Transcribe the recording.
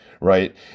right